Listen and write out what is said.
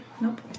Nope